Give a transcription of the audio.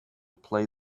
play